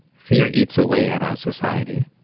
fear eats away at our society,